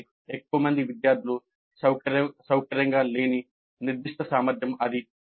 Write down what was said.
అంటే ఎక్కువ మంది విద్యార్థులు సౌకర్యంగా లేని నిర్దిష్ట సామర్థ్యం అది